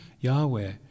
Yahweh